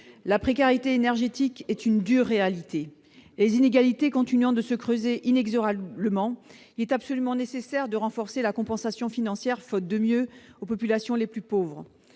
La précarité énergétique est une dure réalité. Les inégalités continuant de se creuser inexorablement, il est absolument nécessaire de renforcer la compensation financière, faute de mieux, dont bénéficient les populations les plus pauvres.